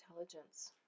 intelligence